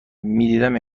میدیدم